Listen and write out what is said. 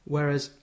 Whereas